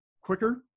quicker